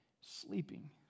sleeping